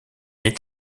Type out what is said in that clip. est